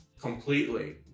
completely